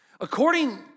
According